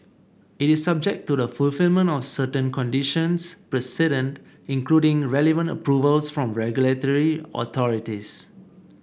it is subject to the fulfilment of certain conditions precedent including relevant approvals from regulatory authorities